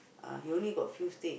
uh he only got few stick